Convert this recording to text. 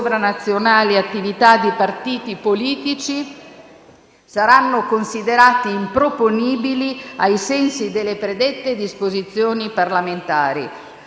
attività di partiti politici) saranno considerati improponibili ai sensi delle predette disposizioni regolamentari.